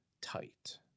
tight